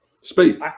speak